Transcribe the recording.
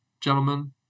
gentlemen